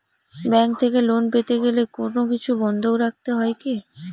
Bank থেকে loan পেতে গেলে কোনো কিছু বন্ধক রাখতে হয় কি?